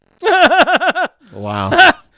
Wow